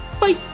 Bye